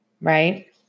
Right